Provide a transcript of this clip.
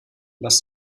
lass